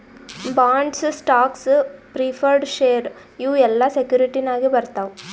bonds, stocks, preferred share ಇವು ಎಲ್ಲಾ securities ನಾಗೆ ಬರ್ತಾವ್